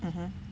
(uh huh)